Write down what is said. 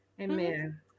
Amen